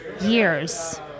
years